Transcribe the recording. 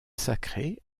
sacré